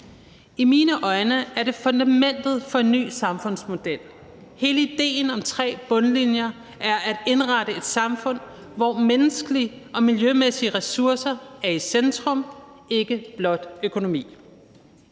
I mine øjne er det fundamentet for en ny samfundsmodel. Hele idéen om tre bundlinjer er at indrette et samfund, hvor menneskelige og miljømæssige ressourcer er i centrum, ikke blot økonomi.